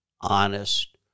honest